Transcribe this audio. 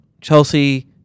Chelsea